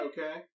Okay